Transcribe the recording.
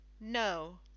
no